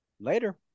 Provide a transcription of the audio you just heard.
Later